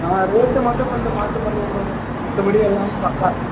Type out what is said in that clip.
ஆ rate மட்டும் கொஞ்சம் பார்த்து பண்ணுங்கள் ப்ரோ மற்றபடி எல்லாமே பக்கா